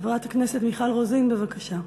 חברת הכנסת מיכל רוזין, בבקשה.